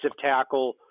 tackle